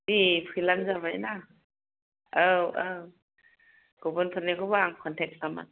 दे फैब्लानो जाबायना औ औ गुबुनफोरनिखौबा आं कनटेक्ट खालामा